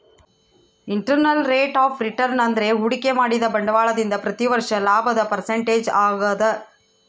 internal rate of return ಅಂದ್ರೆ ಹೂಡಿಕೆ ಮಾಡಿದ ಬಂಡವಾಳದಿಂದ ಪ್ರತಿ ವರ್ಷ ಲಾಭದ ಪರ್ಸೆಂಟೇಜ್ ಆಗದ